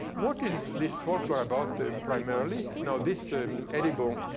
what is this folklore about primarily? now, this edible